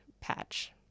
patch